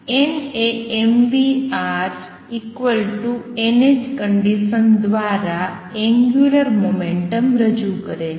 n એ condition દ્વારા angular momentum રજૂ કરે છે